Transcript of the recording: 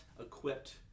equipped